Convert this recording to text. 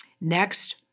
Next